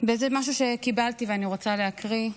במשהו שקיבלתי, ואני רוצה להקריא.